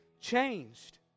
changed